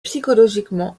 psychologiquement